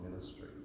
ministry